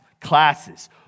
classes